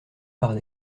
par